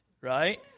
right